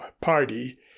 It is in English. party